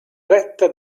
retta